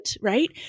right